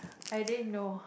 i didn't know